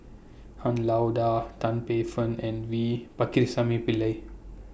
Han Lao DA Tan Paey Fern and V Pakirisamy Pillai